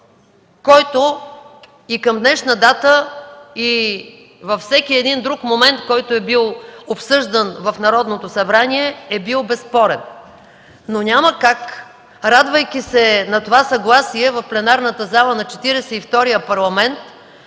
който и към днешна дата, и във всеки един друг момент, когато е бил обсъждан в Народното събрание, е бил безспорен. Но няма как, радвайки се на това съгласие в пленарната зала на Четиридесет